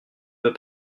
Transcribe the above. veut